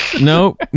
no